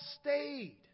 stayed